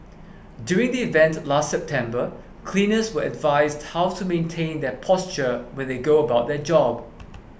during the event last September cleaners were advised how to maintain their posture when they go about their job